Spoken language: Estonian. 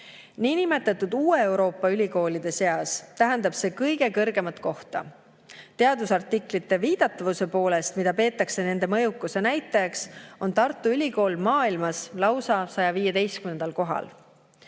Niinimetatud uue Euroopa ülikoolide seas tähendab see kõige kõrgemat kohta. Teadusartiklite viidatavuse poolest, mida peetakse nende mõjukuse näitajaks, on Tartu Ülikool maailmas lausa 115. kohal.